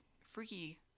freaky